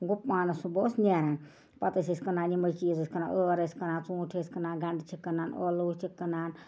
گوٚو پانَس سُنٛب اوس نیران پتہٕ ٲسۍ أسۍ کٕنان یِمَے چیٖز ٲسۍ کٕنان ٲر ٲسۍ کٕنان ژوٗنٹھۍ ٲسی کٕنان گنٛڈٕ چھِ کٕنان ٲلوٕ چھِ کٕنان